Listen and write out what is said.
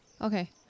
Okay